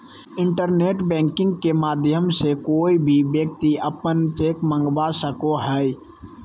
internet banking के माध्यम से कोय भी व्यक्ति अपन चेक मंगवा सको हय